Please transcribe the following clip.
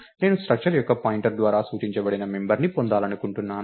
నేను స్ట్రక్టర్ యొక్క పాయింటర్ ద్వారా సూచించబడిన మెంబర్ ని పొందాలనుకుంటున్నాను